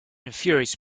infuriates